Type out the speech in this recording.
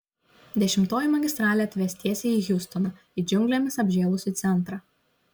dešimtoji magistralė atves tiesiai į hjustoną į džiunglėmis apžėlusį centrą